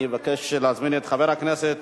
אני מבקש להזמין את חבר הכנסת